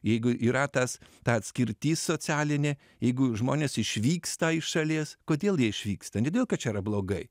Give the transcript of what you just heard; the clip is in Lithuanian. jeigu yra tas ta atskirtis socialinė jeigu žmonės išvyksta iš šalies kodėl jie išvyksta ne todėl kad čia yra blogai